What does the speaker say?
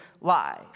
life